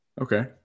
Okay